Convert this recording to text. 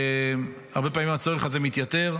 שהרבה פעמים הצורך הזה מתייתר.